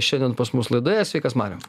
šiandien pas mus laidoje sveikas mariau